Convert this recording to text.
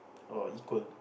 or equal